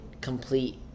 complete